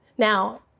Now